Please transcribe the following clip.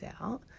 out